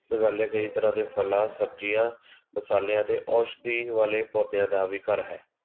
ਮੇਘਾਲਿਆ ਕਈ ਤਰ੍ਹਾਂ ਦੇ ਫਲ਼ਾਂ ਸਬਜ਼ੀਆਂ ਮਸਾਲਿਆਂ ਅਤੇ ਔਸ਼ਧੀ ਵਾਲੇ ਪੌਦਿਆਂ ਦਾ ਵੀ ਘਰ ਹੈ